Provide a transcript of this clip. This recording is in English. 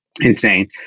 insane